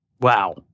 Wow